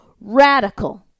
radical